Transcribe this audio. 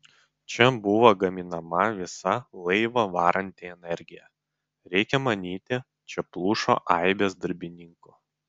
čia buvo gaminama visą laivą varanti energija reikia manyti čia plušo aibės darbininkų